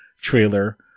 trailer